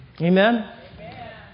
Amen